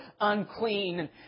unclean